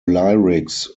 lyrics